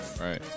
Right